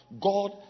God